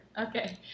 Okay